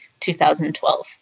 2012